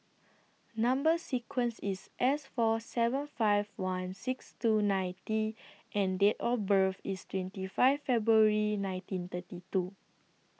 Number sequence IS S four seven five one six two nine T and Date of birth IS twenty five February nineteen thirty two